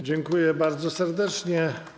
Dziękuję bardzo serdecznie.